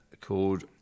called